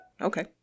Okay